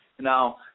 Now